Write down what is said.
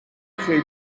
خیلی